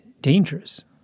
dangerous